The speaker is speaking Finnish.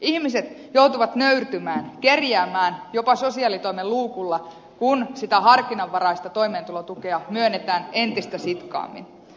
ihmiset joutuvat nöyrtymään kerjäämään jopa sosiaalitoimen luukulla kun sitä harkinnanvaraista toimeentulotukea myönnetään entistä sitkaammin